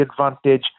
advantage